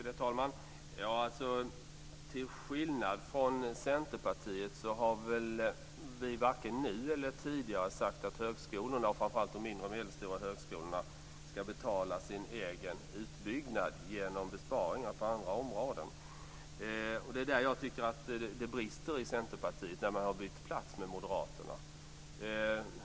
Herr talman! Till skillnad från Centerpartiet har vi varken nu eller tidigare sagt att högskolorna, framför allt inte de mindre och medelstora högskolorna, ska betala sin egen utbyggnad genom besparingar på andra områden. Det är där jag tycker att det brister i Centerpartiet. Man har bytt plats med Moderaterna.